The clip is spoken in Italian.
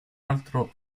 altro